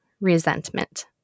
Resentment